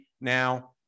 now